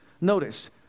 notice